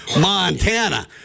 Montana